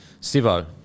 Sivo